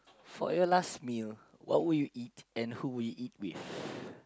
for your last meal what would you eat and who would you eat with